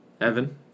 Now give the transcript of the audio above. Evan